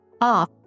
off